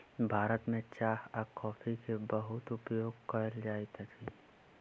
भारत में चाह आ कॉफ़ी के बहुत उपयोग कयल जाइत अछि